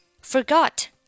Forgot